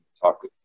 Talk